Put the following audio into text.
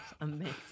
Amazing